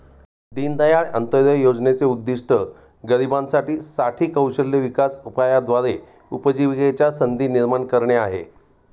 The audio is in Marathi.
दीनदयाळ अंत्योदय योजनेचे उद्दिष्ट गरिबांसाठी साठी कौशल्य विकास उपायाद्वारे उपजीविकेच्या संधी निर्माण करणे आहे